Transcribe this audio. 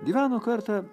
gyveno kartą